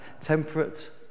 temperate